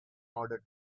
order